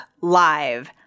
Live